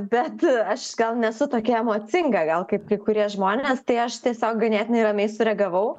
bet aš gal nesu tokia emocinga gal kaip kai kurie žmonės tai aš tiesiog ganėtinai ramiai sureagavau